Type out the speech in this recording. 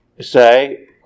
say